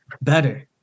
better